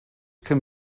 can